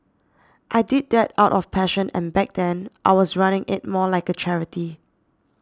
I did that out of passion and back then I was running it more like a charity